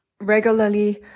regularly